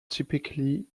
typically